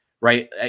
Right